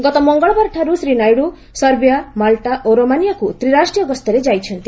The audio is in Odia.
ଗତ ମଙ୍ଗଳବାରଠାରୁ ଶ୍ରୀ ନାଇଡ଼ୁ ସର୍ବିଆ ମାଲ୍ଟା ଓ ରୋମାନିଆକୁ ତ୍ରିରାଷ୍ଟ୍ରୀୟ ଗସ୍ତରେ ଯାଇଛନ୍ତି